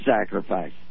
sacrifice